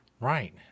Right